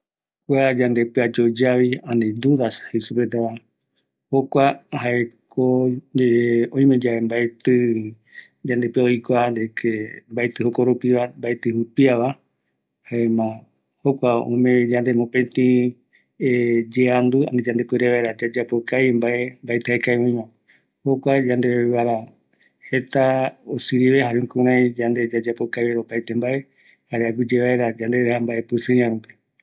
Kua yande pɨa yoyavi, jaeko öme öi yandeve ikavi pota mbae yayapo va, ikavi vaera yayapo mbae jaeko mbaetita ñanoï kua mbia yoyavɨ, esa kuraï yave yandeko mbaetɨ ñanoi kɨreɨ kavi